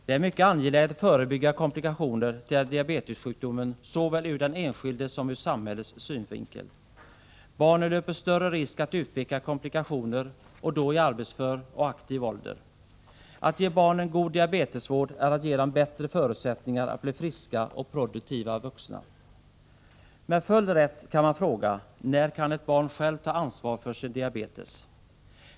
Det är mycket angeläget att förebygga komplikationer till diabetssjukdomen såväl ur den enskildes som ur samhällets synvinkel. Barnen löper större risk att utveckla komplikationer och då i arbetsför och aktiv ålder. Att ge barnen god diabetesvård är att ge dem bättre förutsättningar att bli friska och produktiva vuxna. Med full rätt kan man fråga: När kan ett barn självt ta ansvar för sin diabetes?